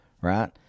right